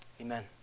Amen